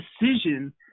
decision